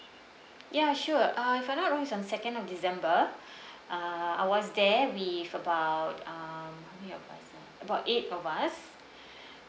ya sure uh if I'm not wrong it's on second of december uh I was there with about um how many of us ah about eight of us